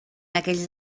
aquells